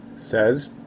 says